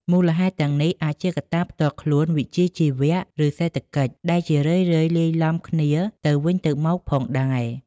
មូលហេតុទាំងនេះអាចជាកត្តាផ្ទាល់ខ្លួន វិជ្ជាជីវៈ ឬសេដ្ឋកិច្ច ដែលជារឿយៗលាយឡំគ្នាទៅវិញទៅមកផងដែរ។